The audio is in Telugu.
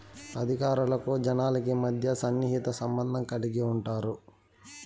అధికారులకు జనాలకి మధ్య సన్నిహిత సంబంధం కలిగి ఉంటారు